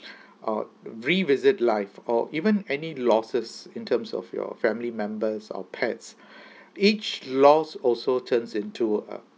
uh revisit life or even any losses in terms of your family members or pets each lost also turns into a